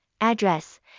Address